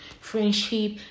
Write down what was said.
friendship